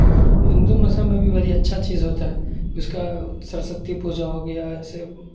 ہندو مذہب میں بھی بڑی اچھا چیز ہوتا ہے اس کا سرسوتی پوجا ہو گیا جیسے